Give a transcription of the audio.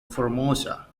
formosa